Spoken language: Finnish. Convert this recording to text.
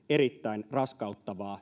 erittäin raskauttavaa